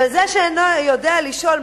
אבל זה שאינו יודע לשאול,